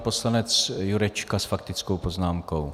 Poslanec Jurečka s faktickou poznámkou.